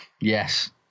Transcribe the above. Yes